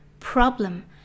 problem